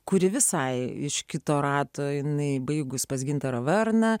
kuri visai iš kito rato jinai baigus pas gintarą varną